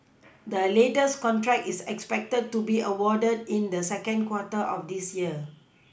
the latest contract is expected to be awarded in the second quarter of this year